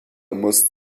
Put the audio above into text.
muss